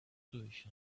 situation